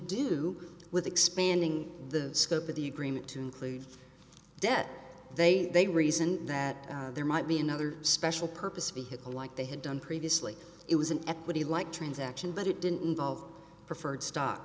do with expanding the scope of the agreement to include debt they reasoned that there might be another special purpose vehicle like they had done previously it was an equity like transaction but it didn't involve preferred stock